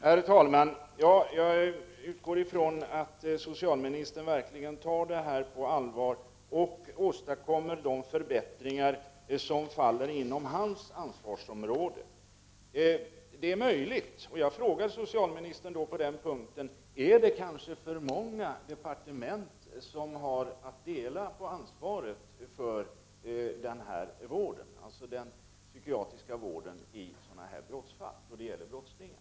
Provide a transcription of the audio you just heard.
Herr talman! Jag utgår från att socialministern verkligen tar detta på allvar och åstadkommer de förbättringar som behövs inom hans ansvarsområde. Jag vill fråga socialministern: Är det kanske för många departement som har att dela på ansvaret för den psykiatriska vården då det gäller brottslingar?